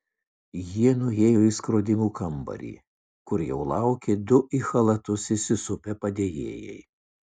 jie nuėjo į skrodimų kambarį kur jau laukė du į chalatus įsisupę padėjėjai